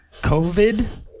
COVID